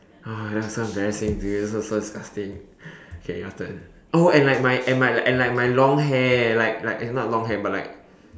oh that was so embarrassing to me it was so disgusting okay your turn oh like my and like my long hair like like it's not long hair but like